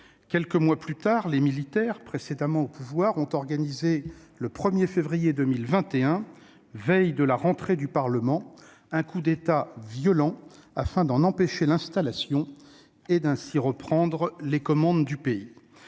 Quelques mois plus tard, les militaires précédemment au pouvoir ont organisé le 1 février 2021, veille de la rentrée du Parlement, un coup d'État violent afin d'empêcher son installation et de reprendre ainsi les commandes du pays.